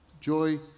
Joy